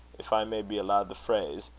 if i may be allowed the phrase,